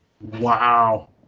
Wow